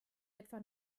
etwa